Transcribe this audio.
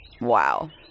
Wow